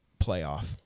playoff